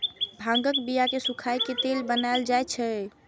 भांगक बिया कें सुखाए के तेल बनाएल जाइ छै